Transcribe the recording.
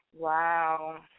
Wow